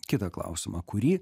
kitą klausimą kurį